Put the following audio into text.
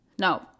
No